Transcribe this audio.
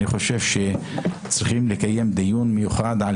אני חושב שצריכים לקיים דיון מיוחד על